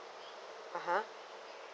(uh huh)